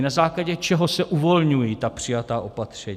Na základě čeho se uvolňují ta přijatá opatření?